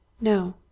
No